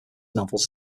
novels